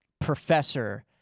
professor